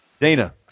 Dana